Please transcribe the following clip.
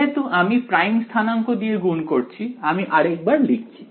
যেহেতু আমি প্রাইম স্থানাঙ্ক দিয়ে গুণ করছি আমি আরেক বার লিখছি